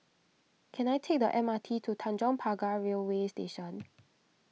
can I take the M R T to Tanjong Pagar Railway Station